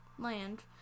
Land